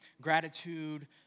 gratitude